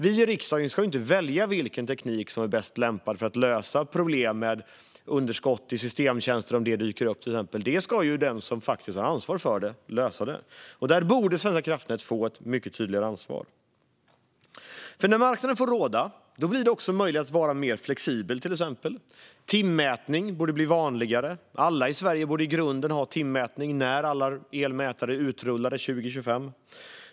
Vi i riksdagen ska inte välja vilken teknik som är mest lämpad för att lösa problem med till exempel underskott i systemtjänster. Det ska de som har ansvar för dem göra. Där borde Svenska kraftnät få ett mycket tydligare ansvar. När marknaden får råda blir det också möjligt att vara mer flexibel. Timmätning borde bli vanligare. I grunden borde alla i Sverige ha timmätning när alla elmätare är utrullade år 2025.